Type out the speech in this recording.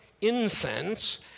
incense